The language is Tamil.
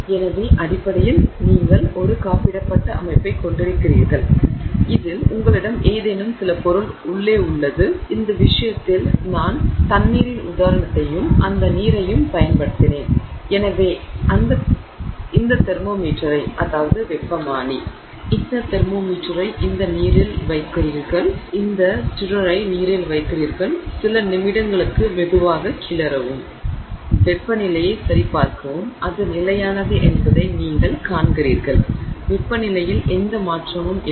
எனவே அடிப்படையில் நீங்கள் ஒரு காப்பிடப்பட்ட அமைப்பைக் கொண்டிருக்கிறீர்கள் இதில் உங்களிடம் ஏதேனும் சில பொருள் உள்ளே உள்ளது இந்த விஷயத்தில் நான் தண்ணீரின் உதாரணத்தையும் அந்த நீரையும் பயன்படுத்தினேன் எனவே இந்த தெர்மோமீட்டரை இந்த நீரில் வைக்கிறீர்கள் இந்த ஸ்ட்ரைரரை நீரில் வைக்கிறீர்கள் சில நிமிடங்களுக்கு மெதுவாக கிளறவும் பின்னர் நீங்கள் வெப்பநிலையை சரிபார்க்கவும் வெப்பநிலையை சரிபார்க்கவும் அது நிலையானது என்பதை நீங்கள் காண்கிறீர்கள் வெப்பநிலையில் எந்த மாற்றங்களும் இல்லை